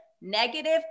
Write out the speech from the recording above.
negative